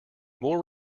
more